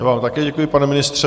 Já vám také děkuji, pane ministře.